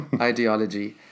ideology